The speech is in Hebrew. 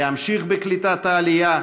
להמשיך בקליטת העלייה,